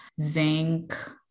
zinc